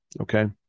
Okay